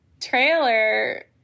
trailer